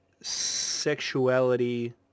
sexuality